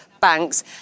banks